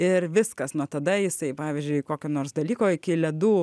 ir viskas nuo tada jisai pavyzdžiui kokio nors dalyko iki ledų